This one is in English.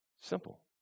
Simple